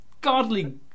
godly